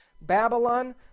Babylon